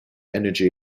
energy